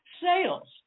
sales